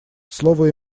слово